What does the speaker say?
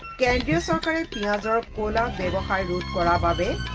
da and da so yeah ah da da da da da da da